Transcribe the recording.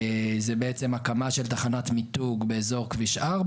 זה הקמה של תחנת מיתוג באזור כביש 4